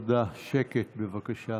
שקט, בבקשה.